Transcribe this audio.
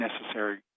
necessary